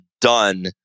done